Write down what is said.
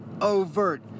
Overt